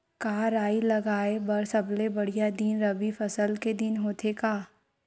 का राई लगाय बर सबले बढ़िया दिन रबी फसल के दिन होथे का?